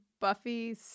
Buffy